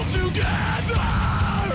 together